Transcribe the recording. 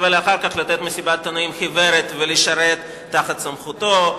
ואחר כך לתת מסיבת עיתונאים חיוורת ולשרת תחת סמכותו,